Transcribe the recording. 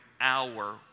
hour